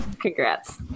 Congrats